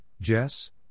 Jess